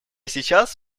сейчас